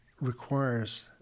requires